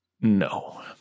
no